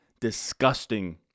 Disgusting